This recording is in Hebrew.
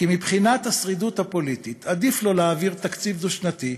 כי מבחינת השרידות הפוליטית עדיף לו להעביר תקציב דו-שנתי,